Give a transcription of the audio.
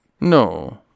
No